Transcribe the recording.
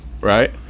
right